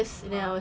(uh huh)